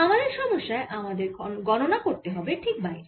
আমাদের সমস্যায় আমাদের গণনা করতে হবে ঠিক বাইরে